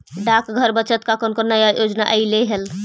डाकघर बचत का कौन कौन नया योजना अइले हई